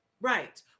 Right